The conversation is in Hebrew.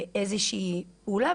ואיזושהי פעולה,